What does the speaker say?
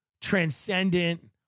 transcendent